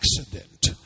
accident